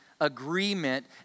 agreement